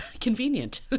convenient